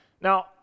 Now